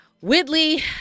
Whitley